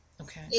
Okay